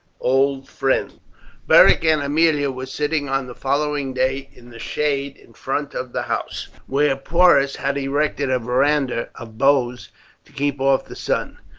old friends beric and aemilia were sitting on the following day in the shade in front of the house, where porus had erected a verandah of boughs to keep off the sun,